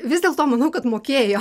vis dėl to manau kad mokėjo